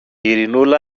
ειρηνούλα